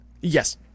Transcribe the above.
Yes